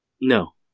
No